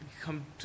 come